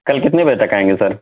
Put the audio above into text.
کل کتنے بجے تک آئیں گے سر